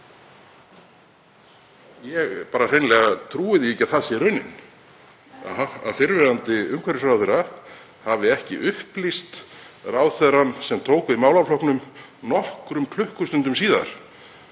því hreinlega ekki að það sé raunin að fyrrverandi umhverfisráðherra hafi ekki upplýst þann ráðherra sem tók við málaflokknum nokkrum klukkustundum síðar